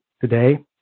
today